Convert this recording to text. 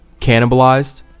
cannibalized